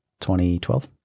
2012